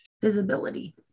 Visibility